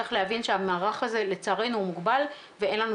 צריך להבין שהמערך הזה לצערנו הוא מוגבל ואין לנו